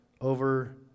over